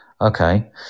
okay